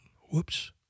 whoops